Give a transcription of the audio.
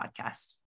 podcast